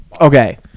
Okay